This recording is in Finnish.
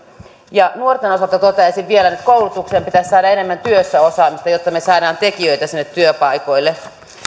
nuorten osalta toteaisin vielä nyt koulutukseen pitäisi saada enemmän työssäoppimista jotta me saamme tekijöitä sinne työpaikoille